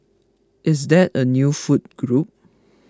is that a new food group